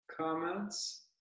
comments